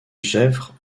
gesvres